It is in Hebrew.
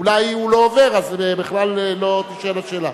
אולי הוא לא עובר, אז בכלל לא תישאל השאלה.